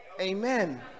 Amen